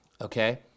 Okay